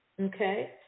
okay